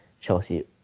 Chelsea